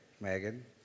Megan